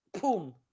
boom